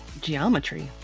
geometry